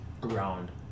ground